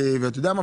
ואתה יודע מה,